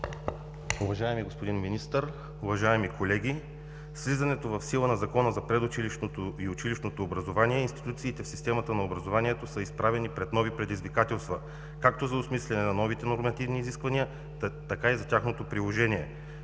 Уважаеми господин Министър, уважаеми колеги! С влизането в сила на Закона за предучилищното и училищното образование институциите в системата на образованието са изправени пред нови предизвикателства както за осмисляне на новите нормативни изисквания, така и за тяхното приложение.